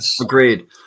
Agreed